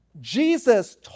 Jesus